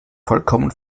vollkommen